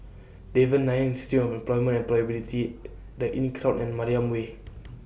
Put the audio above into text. Devan Nair Institute of Employment and Employability The Inncrowd and Mariam Way